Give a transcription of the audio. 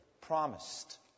promised